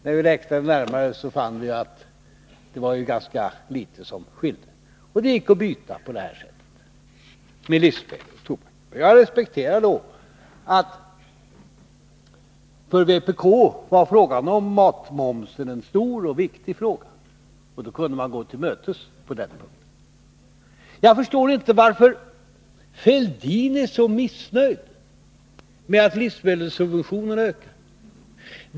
När vi räknade närmare fann vi att det var ganska litet som skiljde. Och det gick att byta på detta sätt med livsmedel och tobak. Jag respekterade att frågan om matmomsen var en stor och viktig fråga för vpk, och då kunde vi gå dem till mötes på den punkten. Jag förstår inte varför Thorbjörn Fälldin är så missnöjd med att livsmedelssubventionerna ökar.